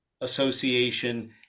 association